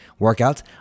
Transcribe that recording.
Workouts